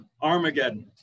Armageddon